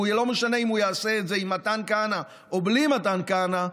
ולא משנה אם הוא יעשה את זה עם מתן כהנא או בלי מתן כהנא,